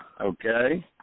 Okay